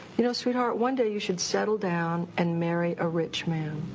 you know sweetheart, one day you should settle down and marry a rich man.